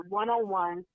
one-on-one